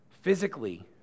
Physically